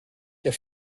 der